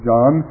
John